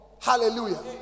Hallelujah